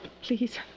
please